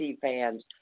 fans